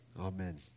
Amen